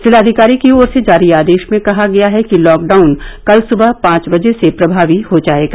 जिलाधिकारी की ओर से जारी आदेश में कहा गया कि लॉकडाउन कल सुबह पांच बजे से प्रभावी हो जाएगा